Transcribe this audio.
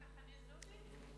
כך שכבר הודעתי.